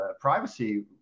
privacy